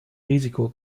risiko